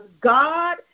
God